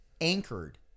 anchored